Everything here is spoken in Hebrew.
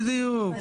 בדיוק.